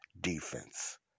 Defense